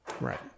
Right